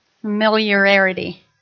familiarity